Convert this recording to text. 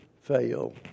fail